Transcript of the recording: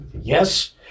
Yes